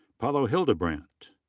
paulo hildebrandt.